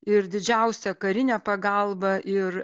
ir didžiausią karinę pagalbą ir